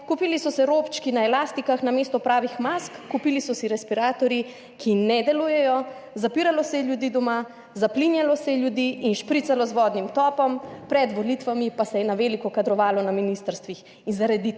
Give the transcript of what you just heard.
kupili so se robčki na elastikah namesto pravih mask, kupili so se respiratorji, ki ne delujejo, zapiralo se je ljudi doma, zaplinjalo se je ljudi in špricalo z vodnim topom, pred volitvami pa se je na veliko kadrovalo na ministrstvih. In zaradi